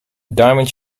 diamond